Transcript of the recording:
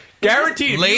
Guaranteed